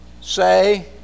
say